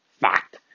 Fact